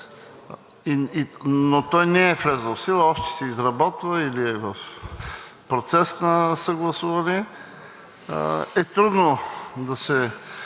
но той не е влязъл в сила, още се изработва или е в процес на съгласуване е трудно да се